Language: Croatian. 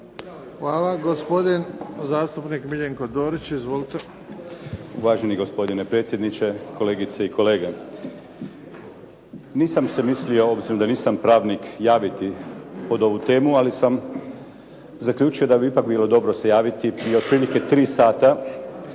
Hvala. Gospodin zastupnik Miljenko Dorić. Izvolite. **Dorić, Miljenko (HNS)** Uvaženi gospodine predsjedniče, kolegice i kolege. Nisam se mislio obzirom da nisam pravnik javiti pod ovu temu, ali sam zaključio da bi ipak bilo dobro se javiti i otprilike tri sata,